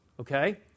Okay